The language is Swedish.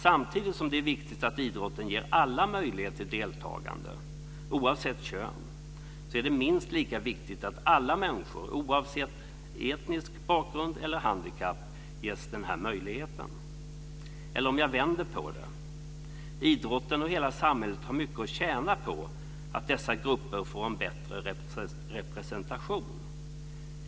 Samtidigt som det är viktigt att idrotten ger alla möjlighet till deltagande oavsett kön är det minst lika viktigt att alla människor oavsett etnisk bakgrund eller handikapp ges denna möjlighet. Eller om jag vänder på det: Idrotten och hela samhället har mycket att tjäna på att dessa grupper får en bättre representation.